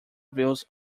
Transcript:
views